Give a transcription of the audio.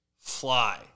fly